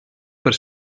per